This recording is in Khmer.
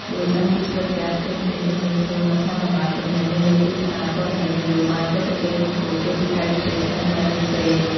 យល់ដឹងពីព្រឹត្តិការណ៍ផ្សេងៗជុំវិញខ្លួន មិនថាតម្លៃទំនិញនៅលើទីផ្សារ ព័ត៌មាននយោបាយ សេដ្ឋកិច្ច សង្គម ឬបច្ចេកវិទ្យាថ្មីៗនោះទេ។